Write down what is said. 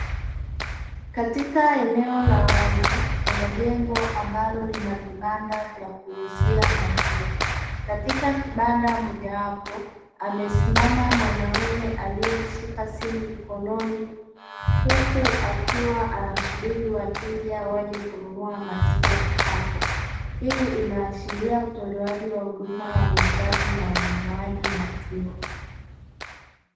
Katika eneo la wazi kuna jengo ambalo lina vibanda vya kuuzia maziwa, katika kibanda moja wapo amesimama mwanaume aliyeshika simu mkononi huku akiwa anasubiri wateja waje kununua maziwa hapo. Hii inaashiria utolewaji wa huduma ya uuzaji na ununuaji maziwa.